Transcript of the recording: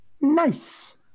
Nice